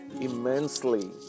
immensely